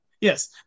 Yes